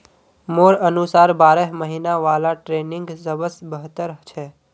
मोर अनुसार बारह महिना वाला ट्रेनिंग सबस बेहतर छ